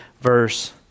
verse